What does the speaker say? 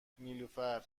نیلوفرنه